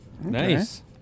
Nice